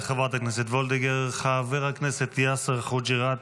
חבר הכנסת עמית הלוי,